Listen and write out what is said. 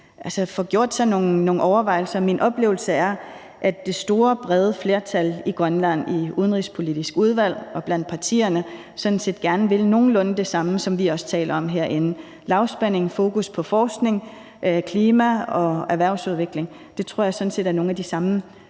vigtigt, at man får gjort sig nogle overvejelser. Min oplevelse er, at det store, brede flertal i Grønland i udenrigspolitisk udvalg og blandt partierne sådan set gerne vil nogenlunde det samme, som vi også taler om herinde: Lavspænding, fokus på forskning, klima og erhvervsudvikling. Det tror jeg sådan set er nogle af de samme